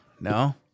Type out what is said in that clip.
No